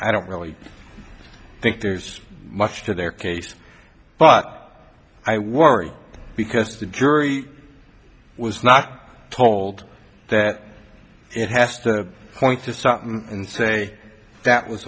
i don't really think there's much to their case but i worry because the jury was not told that it has to point to something and say that was